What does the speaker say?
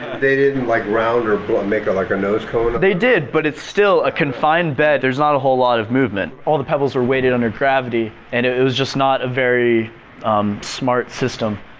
they didn't like round or but and make like a nose cone? they did, but it's still a confined bed there's not a whole lot of movement. all the pedals are weighted under gravity and it was just not a very smart system.